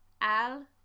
al